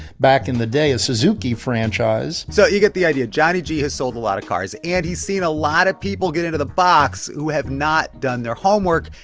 back in the day, a suzuki franchise so you get the idea. johnny g. has sold a lot of cars. and he's seen a lot of people get into the box who have not done their homework,